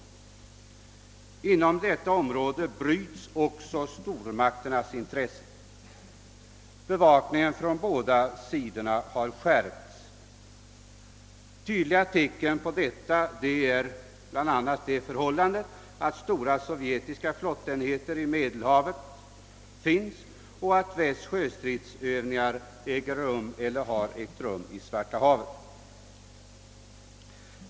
Inom det området brytes också stormakternas intressen. Bevakningen har skärpts på båda sidor. Tydliga tecken på detta är bl.a. att stora sovjetiska flottenheter är stationerade i Medelhavet och att västsidan bedrivit eller bedriver sjöstridsövningar 1 Svarta havet.